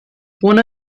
one